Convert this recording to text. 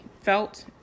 felt